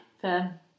Fair